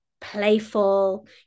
playful